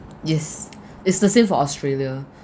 yes it's the same for australia